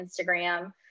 instagram